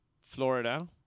Florida